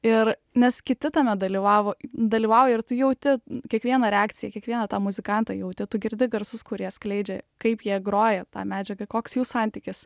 ir nes kiti tame dalyvavo dalyvauja ir tu jauti kiekvieną reakciją kiekvieną tą muzikantą jauti tu girdi garsus kurie skleidžia kaip jie groja tą medžiagą koks jų santykis